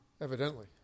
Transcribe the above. Evidently